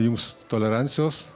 jums tolerancijos